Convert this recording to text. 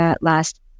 last